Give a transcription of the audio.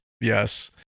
Yes